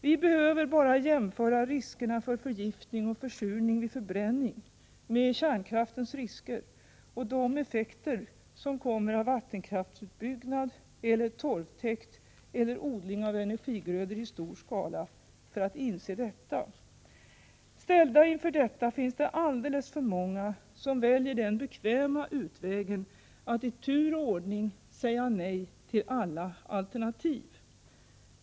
Vi behöver bara jämföra riskerna för förgiftning och försurning vid förbränning med kärnkraftens risker och de effekter som kommer av vattenkraftsutbyggnad, eller torvtäkt eller odling av energigrödor i stor skala, för att inse detta. Ställda inför detta finns det alldeles för många som väljer den bekväma utvägen att i tur och ordning säga nej till alla alternativ.